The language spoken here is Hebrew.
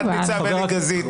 תת-ניצב אלי גזית.